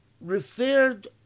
Referred